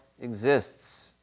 exists